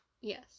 yes